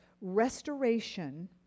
restoration